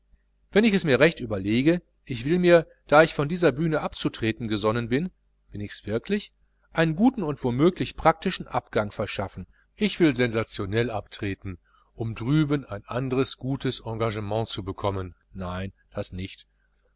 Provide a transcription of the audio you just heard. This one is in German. wenn ich es mir recht überlege ich will mir da ich von dieser bühne abzutreten gesonnen bin bin ichs wirklich einen guten und womöglich praktischen abgang verschaffen ich will sensationell abtreten um drüben ein anderes gutes engagement zu bekommen nein das nicht